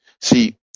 See